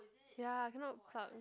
ya cannot plug